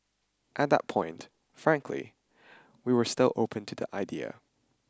at that point frankly we were still open to the idea